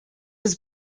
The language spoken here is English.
was